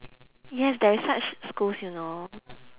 yes there is such schools you know